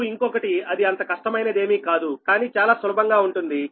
మరియు ఇంకొకటి అది అంత కష్టమైనదేమీ కాదుకానీ చాలా సులభంగా ఉంటుంది